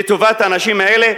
לטובת האנשים האלה,